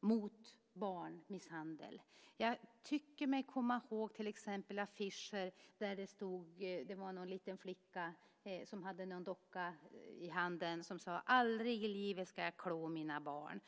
mot barnmisshandel. Jag tycker mig komma ihåg till exempel affischer där det stod en liten flicka som hade en docka i handen och som sade: Aldrig i livet ska jag klå mina barn!